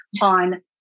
on